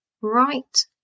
Right